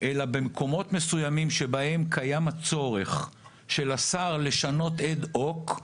אלא במקומות מסוימים בהם קיים הצורך של השר לשנות אד הוק,